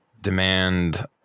demand